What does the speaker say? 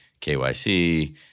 KYC